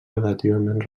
relativament